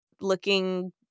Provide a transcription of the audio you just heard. looking